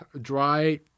dry